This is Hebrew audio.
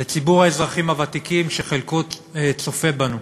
לציבור האזרחים הוותיקים, שחלקו צופה בנו: